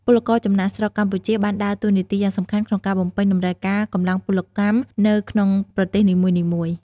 ពលករចំណាកស្រុកកម្ពុជា បានដើរតួនាទីយ៉ាងសំខាន់ក្នុងការបំពេញតម្រូវការកម្លាំងពលកម្មនៅក្នុងប្រទេសនីមួយៗ ។